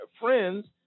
friends